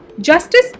justice